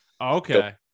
okay